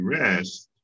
rest